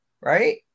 Right